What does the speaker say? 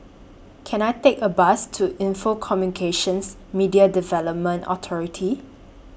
Can I Take A Bus to Lnfo Communications Media Development Authority